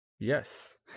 Yes